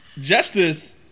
justice